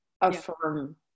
affirm